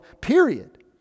period